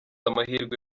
amahirwe